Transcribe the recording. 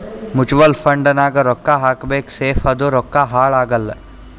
mutual fund ನಾಗ್ ರೊಕ್ಕಾ ಹಾಕಬೇಕ ಸೇಫ್ ಅದ ರೊಕ್ಕಾ ಹಾಳ ಆಗಲ್ಲ